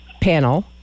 panel